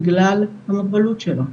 בגלל המוגבלות שלו.